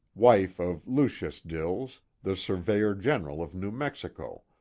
wife of lucius dills, the surveyor general of new mexico,